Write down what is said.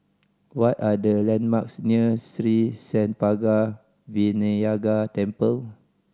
what are the landmarks near Sri Senpaga Vinayagar Temple